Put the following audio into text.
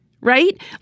Right